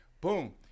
Boom